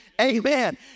amen